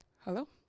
Hello